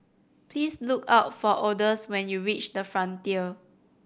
please look for Odus when you reach The Frontier